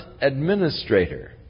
administrator